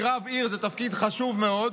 כי רב עיר הוא תפקיד חשוב מאוד.